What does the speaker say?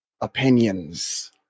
opinions